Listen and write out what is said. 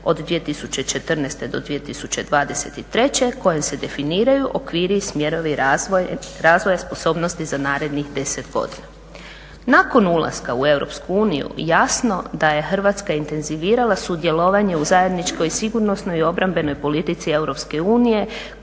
od 2014.do 2023.kojom se definiraju okviri i smjerovi razvoja sposobnosti za narednih 10 godina. Nakon ulaska u EU jasno da je Hrvatska intenzivirala sudjelovanje u zajedničkoj sigurnosnoj obrambenoj politici EU